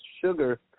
sugar